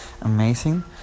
amazing